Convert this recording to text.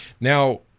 Now